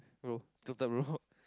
no total low